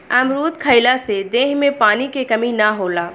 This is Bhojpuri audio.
अमरुद खइला से देह में पानी के कमी ना होला